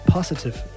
Positive